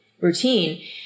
routine